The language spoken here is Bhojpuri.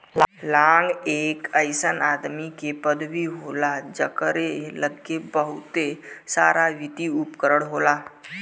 लांग एक अइसन आदमी के पदवी होला जकरे लग्गे बहुते सारावित्तिय उपकरण होला